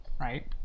right